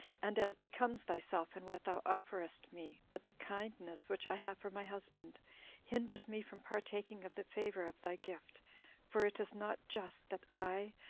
and as becomes thyself in what thou offerest me but the kindness which i have for my husband hinders me from partaking of the favor of thy gift for it is not just that i,